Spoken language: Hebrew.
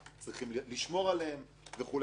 צריכים לשמור עליהם וכו'.